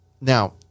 now